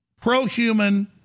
pro-human